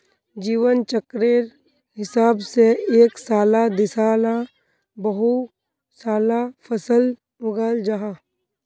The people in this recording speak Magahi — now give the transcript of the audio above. जीवन चक्रेर हिसाब से एक साला दिसाला बहु साला फसल उगाल जाहा